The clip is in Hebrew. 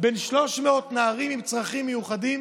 בין 300 נערים עם צרכים מיוחדים,